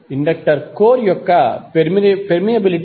inductor core యొక్క permeability